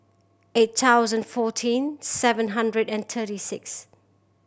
eight thousand fourteen seven hundred and thirty six